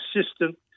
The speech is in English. assistant